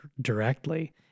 directly